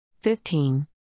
Fifteen